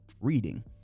reading